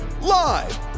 Live